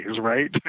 right